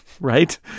Right